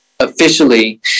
officially